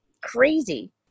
crazy